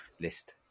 list